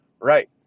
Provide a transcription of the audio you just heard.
right